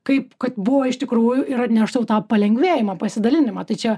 kaip kad buvo iš tikrųjų ir atneš tau tą palengvėjimą pasidalinimą tai čia